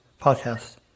podcast